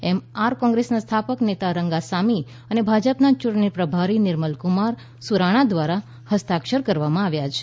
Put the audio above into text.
એમ R કોંગ્રેસના સ્થાપક નેતા રંગાસામી અને ભાજપના ચૂંટણી પ્રભારી નિર્મલ કુમાર સુરાણા દ્વારા હસ્તાક્ષર કરવામાં આવ્યા છે